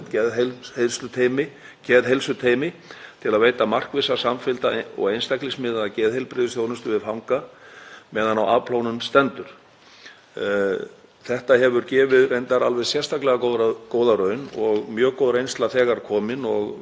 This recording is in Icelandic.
Þetta hefur gefið alveg sérstaklega góða raun og mjög góð reynsla þegar komin og verið að skoða hvernig við getum bætt enn betur úr. Sem svar við því að hluta þá lagði ríkisstjórnin